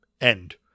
end